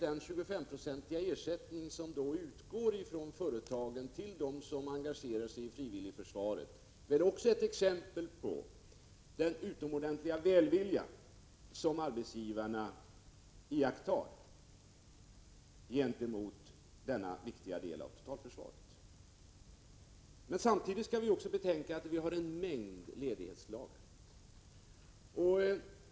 Den 2S5-procentiga ersättning som utgår från företagen till dem som engagerar sig i frivilligförsvaret är ett exempel på den utomordentliga välvilja med vilken arbetsgivarna ser på denna viktiga del av totalförsvaret. Samtidigt skall vi betänka att det finns en mängd ledighetslagar.